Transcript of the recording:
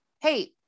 hey